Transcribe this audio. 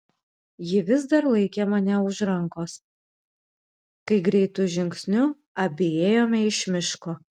ji vis dar laikė mane už rankos kai greitu žingsniu abi ėjome iš miško